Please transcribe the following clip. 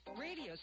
radio